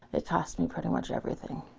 it cost me pretty much everything,